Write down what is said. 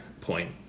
point